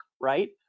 right